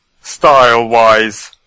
style-wise